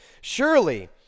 Surely